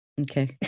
Okay